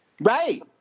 Right